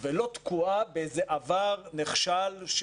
ולא תקועה באיזה עבר נכשל.